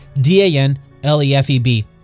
D-A-N-L-E-F-E-B